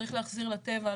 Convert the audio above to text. צריך להחזיר לטבע,